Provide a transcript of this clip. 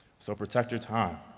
so protect your time,